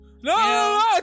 No